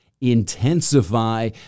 intensify